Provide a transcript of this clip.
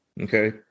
okay